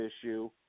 issue